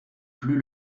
plus